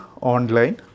online